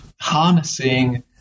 harnessing